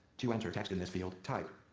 to enter text in this field, type.